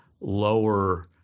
lower